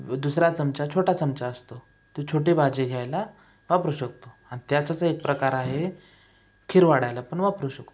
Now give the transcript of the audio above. दुसरा चमचा छोटा चमचा असतो ती छोटी भाजी घ्यायला वापरू शकतो आणि त्याचाच एक प्रकार आहे खीर वाढायला पण वापरू शकतो